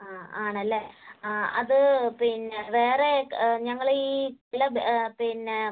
ആ ആണല്ലേ ആ അത് പിന്നെ വേറെ ഞങ്ങൾ ഈ ഇല്ല പിന്നെ